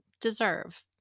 deserve